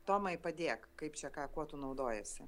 tomai padėk kaip čia ką kuo tu naudojiesi